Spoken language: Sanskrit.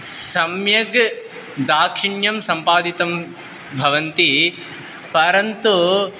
सम्यग् दाक्षिण्यं सम्पादितं भवन्ति परन्तु